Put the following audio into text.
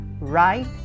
right